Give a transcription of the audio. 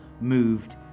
moved